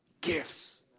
gifts